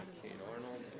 kate arnold,